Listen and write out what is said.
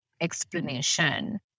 explanation